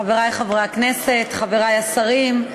תודה רבה, חברי חברי הכנסת, חברי השרים,